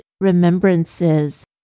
remembrances